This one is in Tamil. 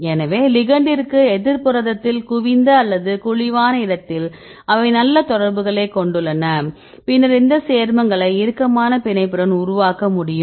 எனவே லிகெண்டிற்கு எதிர் புரதத்தில் குவிந்த அல்லது குழிவான இடத்தில் அவை நல்ல தொடர்புகளைக் கொண்டுள்ளன பின்னர் அந்த சேர்மங்களை இறுக்கமான பிணைப்புடன் உருவாக்க முடியும்